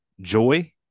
joy